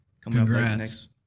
Congrats